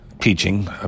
teaching